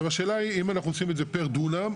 אז השאלה היא האם אנחנו עושים את זה פר דונם,